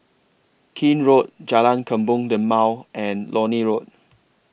Keene Road Jalan Kebun Limau and Lornie Road